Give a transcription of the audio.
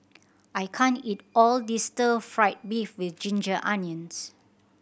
I can't eat all this Stir Fry beef with ginger onions